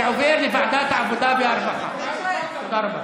תודה רבה.